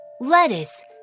Lettuce